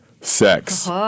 sex